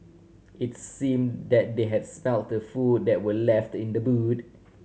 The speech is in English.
it's seem that they had smelt the food that were left in the boot